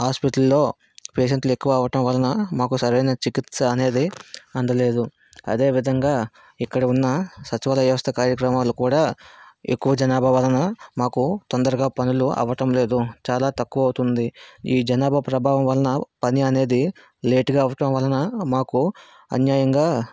హాస్పిటల్లో పేషెంట్లు ఎక్కువ అవ్వటం వలన సరైన చికిత్స అనేది అందలేదు అదే విధంగా ఇక్కడ ఉన్న సచివాలయ వ్యవస్థ కార్యక్రమాలు కూడా ఎక్కువ జనాభా వలన మాకు తొందరగా పనులు అవ్వటం లేదు చాలా తక్కువ అవుతుంది ఈ జనాభా ప్రభావం వలన పని అనేది లేటుగా అవ్వటం వలన మాకు అన్యాయంగా